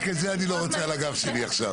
רק את זה אני לא רוצה על הגב שלי עכשיו.